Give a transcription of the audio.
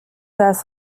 das